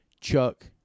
Chuck